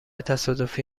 تصادفی